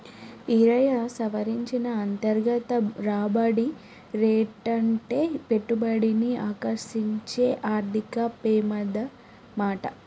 ఈరయ్యా, సవరించిన అంతర్గత రాబడి రేటంటే పెట్టుబడిని ఆకర్సించే ఆర్థిక పెమాదమాట